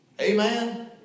Amen